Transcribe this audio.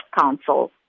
council